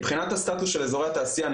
מבחינת הסטטוס של אזורי התעשייה,